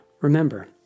Remember